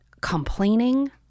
complaining